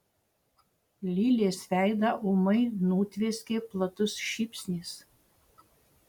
lilės veidą ūmai nutvieskė platus šypsnys